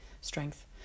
strength